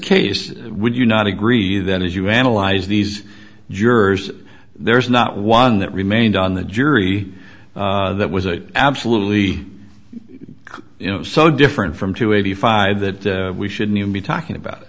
case would you not agree that as you analyze these jurors there's not one that remained on the jury that was an absolutely you know so different from two eighty five that we shouldn't even be talking about